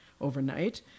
overnight